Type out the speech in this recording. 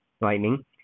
lightning